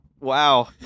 wow